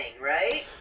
right